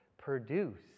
produce